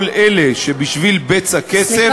כל אלה שבשביל בצע כסף,